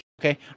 Okay